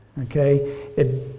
Okay